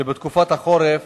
שבתקופת החורף